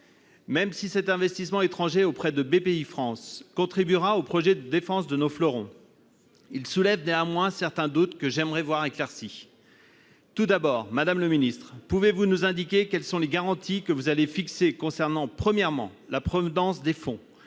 Même si cet investissement étranger auprès de Bpifrance contribuera au projet de défense de nos fleurons, il soulève certains doutes, que j'aimerais voir éclaircis. Tout d'abord, madame le secrétaire d'État, pouvez-vous nous indiquer quelles garanties vous fixerez concernant, premièrement, la provenance des fonds,